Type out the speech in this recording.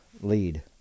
lead